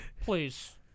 Please